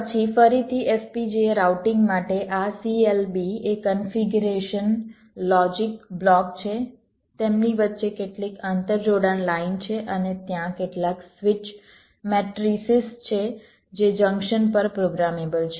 પછી ફરીથી FPGA routing માટે આ CLB એ કન્ફિગ્યુરેશન લોજિક બ્લોક છે તેમની વચ્ચે કેટલીક આંતરજોડાણ લાઇન છે અને ત્યાં કેટલાક સ્વિચ મેટ્રિસિસ છે જે જંકશન પર પ્રોગ્રામેબલ છે